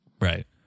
Right